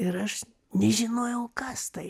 ir aš nežinojau kas tai